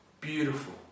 Beautiful